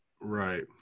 Right